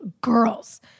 girls